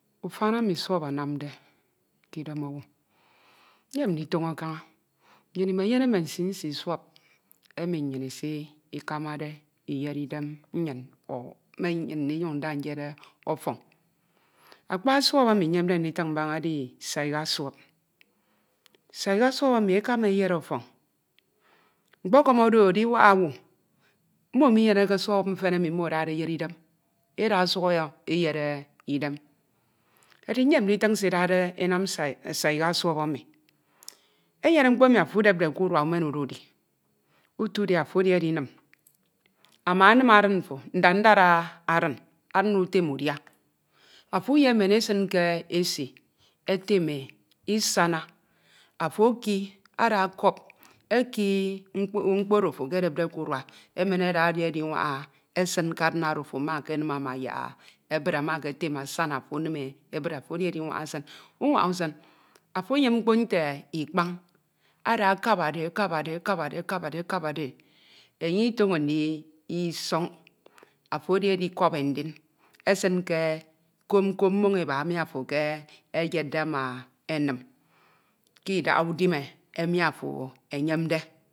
Ufan emi suọp anamde k'idem owu, nyem nditoño kaña. Nnyin imenyene mme nsi nsi suọp emi nyin isikamade iyere idem nyin ọ me nyin ndida nyed ọfọñ. Akpa suọp emi nyemde nditiñ edi saika suọp, saika suọp emi ekama eyed ọfọñ mkpọkọm oro ediwak owu mmo minyeke suọp mfen emi mmo edade eyere idem, mmo eda suọp emi eyere idem. Edi nyem nditiñ se edade enam saika suọp emi, enyene mkpo emi afo udepde k'urua emen ada edi, utu udi afo emen ada edi edinim, ama enim adin mfo, ndad ndad adin mfo, adin utem udia, afo uyemen esin ke esi etem e isana, afo eki ada cup eki mkpo oro afo ekedepde k'urua emen ada edi edinwaña ke adin oro afo ama ekenim ama yak ebid ama eketem e asana afo enim e ebid, afo edi edinwaña esin, unwaña usin, afo eyem mkpo nte ikpañ ada akabade e akabade e, akabade e, akabade e, akabade e, enye itoño ndisọñ, afo edi edikọp e ndin esin ke kom kom mmo eba emi afo ekeyetdde ama enim k'idaha udime emi afo eyemde,